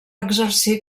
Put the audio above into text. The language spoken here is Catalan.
exercir